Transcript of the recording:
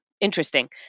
interesting